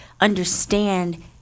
understand